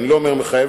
אני לא אומר "מחייבת",